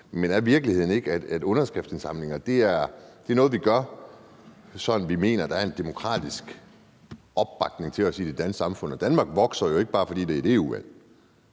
Men er virkeligheden ikke, at underskriftsindsamlinger er noget, vi har, sådan at vi mener, at der er en demokratisk opbakning til os i det danske samfund? Danmark vokser jo ikke, bare fordi det er et EU-valg.